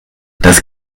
das